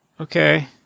Okay